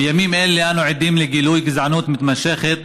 בימים אלה אנו עדים לגילוי גזענות מתמשכת